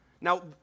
Now